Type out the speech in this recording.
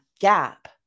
gap